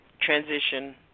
transition